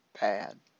bad